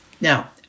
Now